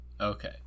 Okay